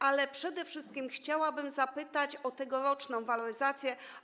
Ale przede wszystkim chciałabym zapytać o tegoroczną waloryzację.